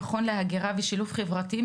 המכון להגירה ושילוב חברתי,